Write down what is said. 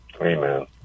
Amen